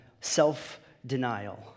self-denial